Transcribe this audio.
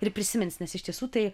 ir prisimins nes iš tiesų tai